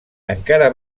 encara